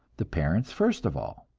the parents first of all.